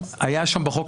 היה שם בחוק,